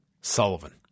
Sullivan